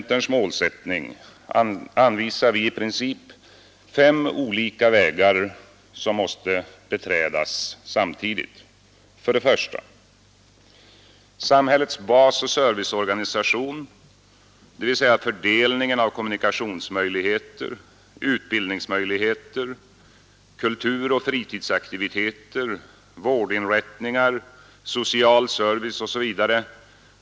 ttning anvisar vi i princip fem olika vägar För att uppnå centerns må som måste beträdas samtidigt. 1. Samhällets basoch serviceorganisation, dvs. fördelningen av kommunikationsmöjligheter, utbildningsmöjligheter, kulturoch fritidsaktiviteter, vårdinrättningar, social service etc.